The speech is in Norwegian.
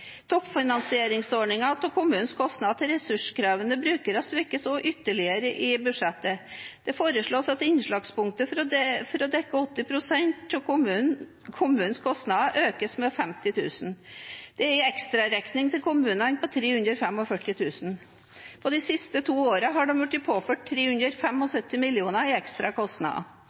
Toppfinansieringsordningen av kommunens kostnader til ressurskrevende brukere svekkes også ytterligere i budsjettet. Det foreslås at innslagspunktet for å dekke 80 pst. av kommunens kostnader økes med 50 000 kr. Dette gir en ekstraregning til kommunene på 345 mill. kr. De siste to årene er de påført 375 mill. kr i ekstra kostnader.